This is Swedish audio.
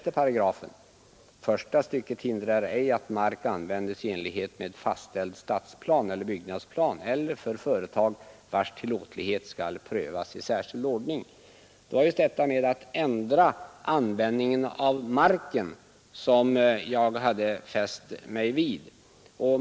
Paragrafen lyder så här: Det var just detta med att ”ändra användningen av marken” som jag har fäst mig vid.